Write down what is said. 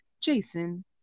Jason